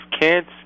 kids